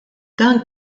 dan